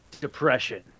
depression